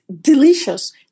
delicious